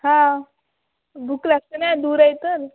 हा भूक लागते न दूर आहे तर